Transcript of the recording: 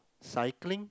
cycling